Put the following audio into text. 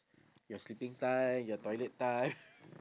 your sleeping time your toilet time